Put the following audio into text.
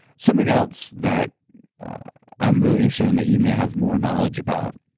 something else that i'm really interested in that you may have more knowledge about